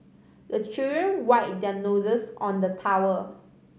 the children wipe their noses on the towel